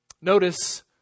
Notice